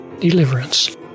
deliverance